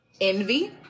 envy